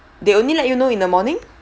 they only let you know in the morning